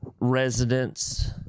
residents